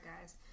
guys